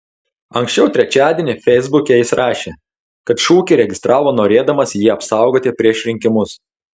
anksčiau trečiadienį feisbuke jis rašė kad šūkį registravo norėdamas jį apsaugoti prieš rinkimus